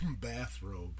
bathrobe